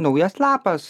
naujas lapas